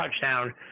touchdown